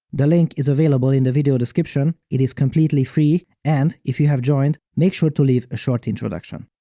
the link is available in the video description, it is completely free, and if you have joined, make sure to leave a short introduction!